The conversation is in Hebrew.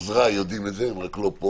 ועוזריי יודעים את זה, הם רק לא פה